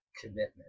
commitment